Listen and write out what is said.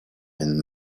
and